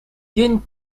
день